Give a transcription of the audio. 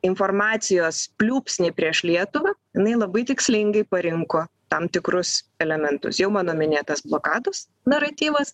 informacijos pliūpsnį prieš lietuvą jinai labai tikslingai parinko tam tikrus elementus jau mano minėtas blokados naratyvas